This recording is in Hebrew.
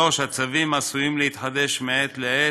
3. הצווים עשויים להתחדש מעת לעת,